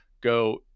go